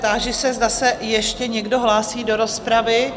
Táži se, zda se ještě někdo hlásí do rozpravy?